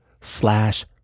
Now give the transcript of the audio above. slash